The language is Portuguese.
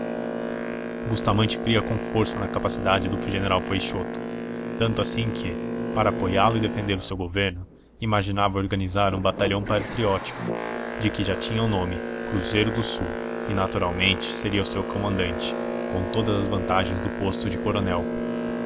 combater bustamante cria com força na capacidade do general peixoto tanto assim que para apoiá lo e defender o seu governo imaginava organizar um batalhão patriótico de que já tinha o nome cruzeiro do sul e naturalmente seria o seu comandante com todas as vantagens do posto de coronel